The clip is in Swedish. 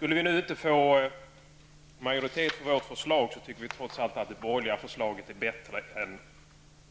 Om vi inte får majoritet för vårt förslag, tycker vi trots allt att det borgerliga förslaget är bättre än